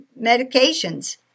medications